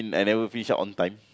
I never finish up on time